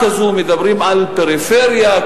מדברים על פריפריה,